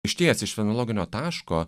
išties iš fenologinio taško